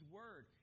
word